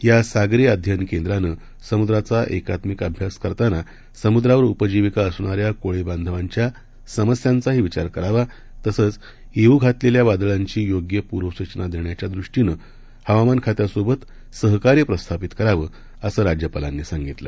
यासागरीअध्ययनकेंद्रानंसमुद्राचाएकात्मिकअभ्यासकरताना समुद्रावरउपजीविकाअसणाऱ्याकोळीबांधवाच्यासमस्यांचाहीविचारकरावा तसंचयेऊघातलेल्यावादळांचीयोग्यपूर्वसूचनादेण्याच्यादृष्टीनंहवामानखात्यासोबतसहकार्यप्रस्थापितकरावं असंराज्यपालांनीसांगितलं